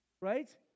Right